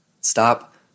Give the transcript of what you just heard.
Stop